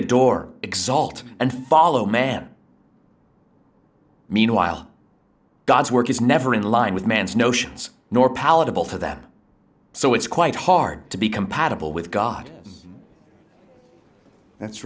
adore exalt and follow man meanwhile god's work is never in line with man's notions nor palatable for them so it's quite hard to be compatible with god that's